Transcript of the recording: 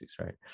right